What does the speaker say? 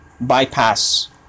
bypass